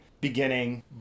beginning